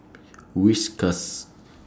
Whiskas